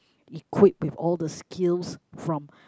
equipped with all the skills from